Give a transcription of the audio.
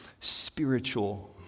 spiritual